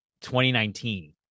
2019